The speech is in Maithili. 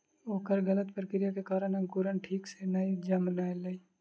ओकर गलत प्रक्रिया के कारण अंकुरण ठीक सॅ नै जनमलै